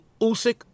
Usyk